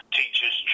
teachers